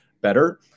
better